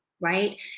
right